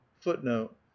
footnote